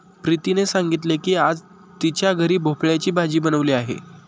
प्रीतीने सांगितले की आज तिच्या घरी भोपळ्याची भाजी बनवली आहे